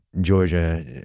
Georgia